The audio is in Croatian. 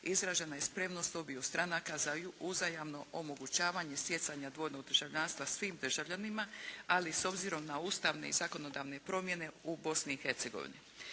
izražena je spremnost obiju stranaka za uzajamno omogućavanje stjecanja dvojnog državljanstva svim državljanima, ali s obzirom na ustavne i zakonodavne promjene u Bosni i Hercegovini.